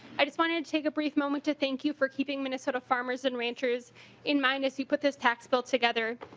i just want and take a brief moment to thank you for giving minnesota farmers and ranchers in line as you put this tax bill together.